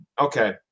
okay